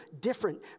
different